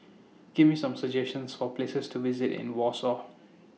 Give Me Some suggestions For Places to visit in Warsaw